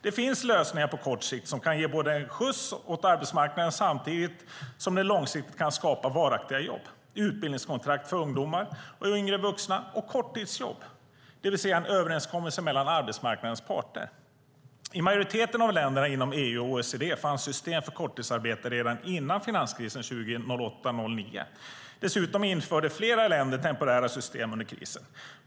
Det finns lösningar på kort sikt som kan ge en skjuts åt arbetsmarknaden samtidigt som de långsiktigt kan skapa varaktiga jobb - utbildningskontrakt för ungdomar och yngre vuxna och korttidsjobb - det vill säga överenskommelser mellan arbetsmarknadens parter. I majoriteten av länderna inom EU och OECD fanns ett system för korttidsarbete redan före finanskrisen 2008-2009. Dessutom införde flera länder temporära system under krisen.